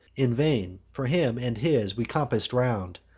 in vain for him and his we compass'd round,